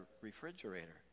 refrigerator